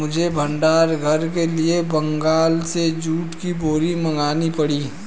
मुझे भंडार घर के लिए बंगाल से जूट की बोरी मंगानी पड़ी